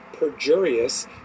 perjurious